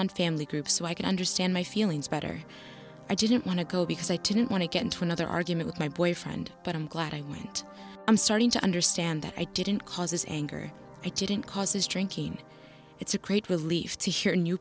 anon family groups so i could understand my feelings better i didn't want to go because i didn't want to get into another argument with my boyfriend but i'm glad i went i'm starting to understand that i didn't cause his anger i didn't cause his drinking it's a great relief to hear new